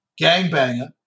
gangbanger